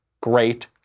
great